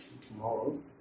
tomorrow